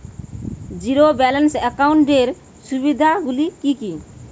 Zero balance একাউন্টের সুবিধা গুলি কি কি?